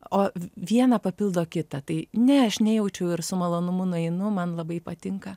o viena papildo kitą tai ne aš nejaučiu ir su malonumu nueinu man labai patinka